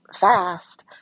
fast